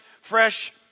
fresh